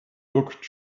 look